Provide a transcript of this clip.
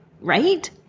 right